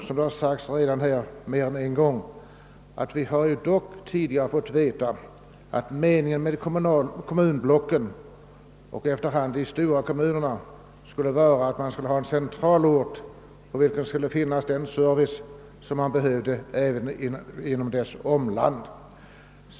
Vi har dock tidigare mer än en gång fått det beskedet att avsikten med kommunblocken och så småningom storkommunerna skulle vara att det i dessa skulle skapas centralorter, där det skulle ordnas en service som skulle tillgodose även ortens omland.